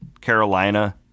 Carolina